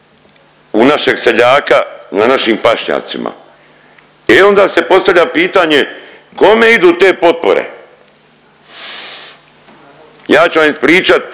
u našeg seljaka na našim pašnjacima, e onda se postavlja pitanje kome idu te potpore. Ja ću vam ispričat.